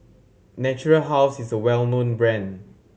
Natura House is a well known brand